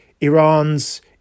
Iran's